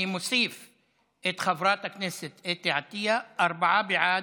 אני מוסיף את חברת הכנסת אתי עטייה, ארבעה בעד,